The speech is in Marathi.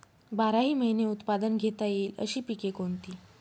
बाराही महिने उत्पादन घेता येईल अशी पिके कोणती?